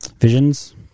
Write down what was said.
visions